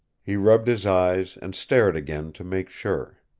he rubbed his eyes and stared again to make sure.